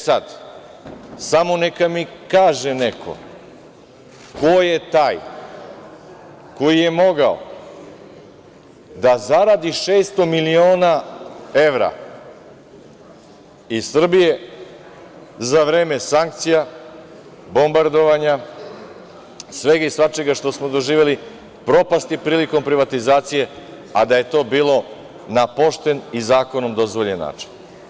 Sada samo neka mi kaže neko, ko je taj koji je mogao da zaradi 600 miliona evra iz Srbije za vreme sankcija, bombardovanja, svega i svačega što smo doživeli, propasti prilikom privatizacije, a da je to bilo na pošten i zakonom dozvoljen način?